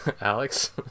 Alex